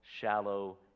shallow